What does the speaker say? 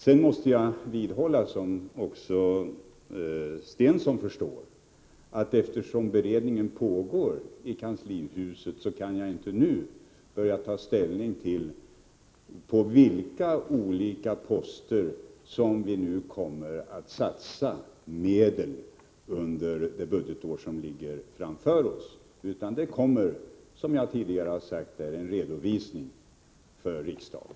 Sedan måste jag vidhålla — det förstår också Börje Stensson — att eftersom beredningen pågår i kanslihuset kan jag inte nu ta ställning till på vilka olika poster vi kommer att satsa medel under det budgetår som ligger framför oss. En redovisning av dessa kommer, som jag tidigare sagt, att lämnas riksdagen.